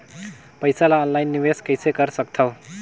पईसा ल ऑनलाइन निवेश कइसे कर सकथव?